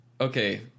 Okay